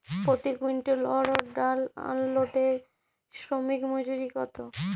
প্রতি কুইন্টল অড়হর ডাল আনলোডে শ্রমিক মজুরি কত?